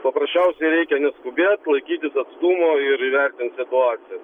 paprasčiausiai reikia neskubėt laikytis atstumo ir įvertint situaciją